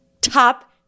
top